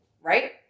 Right